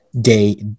day